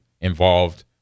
involved